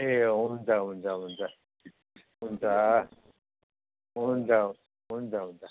ए हुन्छ हुन्छ हुन्छ हुन्छ हुन्छ हुन्छ हुन्छ